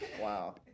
wow